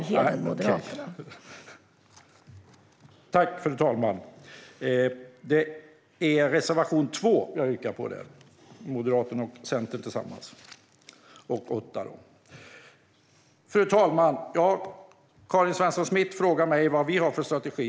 Fru talman! Jag vill göra en rättelse av det yrkande jag hade i mitt anförande. Jag yrkar bifall till reservation 2 av Moderaterna och Centern tillsammans och till reservation 8. Fru talman! Karin Svensson Smith frågar mig vad vi har för strategi.